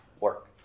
work